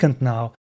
now